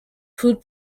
food